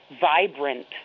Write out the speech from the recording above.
vibrant